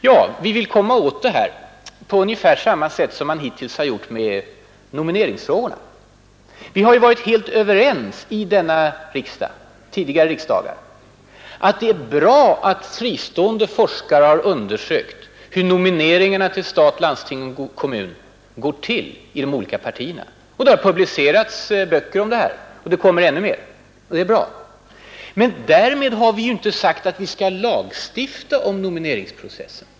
Jo, vi vill komma åt den här företeelsen ungefär på det sätt som tillämpats beträffande nomineringsfrågorna. Vid tidigare riksdagar har vi varit helt överens om att det är bra att fristående forskare har undersökt hur nomineringarna till förtroendeuppdragen i stat, landsting och kommun går till inom de olika partierna. Det har publicerats böcker om detta. Det kommer ännu flera, och det är bra. Men, därmed har vi ju inte sagt att vi skall lagstifta om nomineringsprocessen.